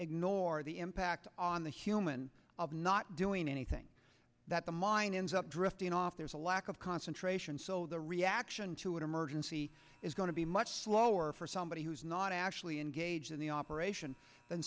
ignore the impact on the human of not doing anything that the mind ends up drifting off there's a lack of concentration so the reaction to an emergency is going to be much slower for somebody who's not actually engaged in the operation than